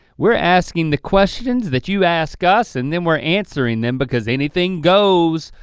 we're asking the questions that you ask us and then we're answering them because anything goes.